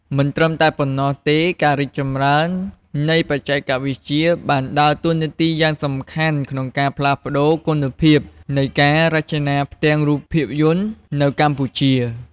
មិនត្រឹមតែប៉ុណ្ណោះទេការរីកចម្រើននៃបច្ចេកវិទ្យាបានដើរតួនាទីយ៉ាងសំខាន់ក្នុងការផ្លាស់ប្ដូរគុណភាពនៃការរចនាផ្ទាំងរូបភាពយន្តនៅកម្ពុជា ។